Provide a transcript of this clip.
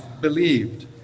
believed